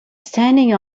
standing